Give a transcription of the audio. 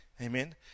Amen